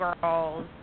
Girls